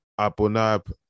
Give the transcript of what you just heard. Abunab